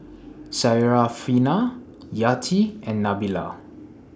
Syarafina Yati and Nabila